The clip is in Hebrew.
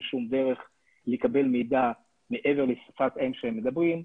שום דרך לקבל מידע מעבר לשפת האם שהם מדברים,